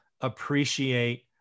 appreciate